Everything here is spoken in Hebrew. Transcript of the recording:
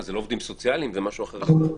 זה לא עובדים סוציאליים, זה משהו אחר לחלוטין,